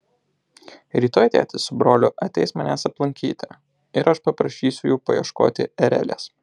rytoj tėtis su broliu ateis manęs aplankyti ir aš paprašysiu jų paieškoti erelės